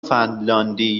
فنلاندی